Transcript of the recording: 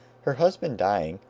her husband dying,